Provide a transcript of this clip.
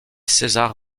césar